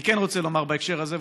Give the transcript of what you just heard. אני כן רוצה לומר בהקשר הזה,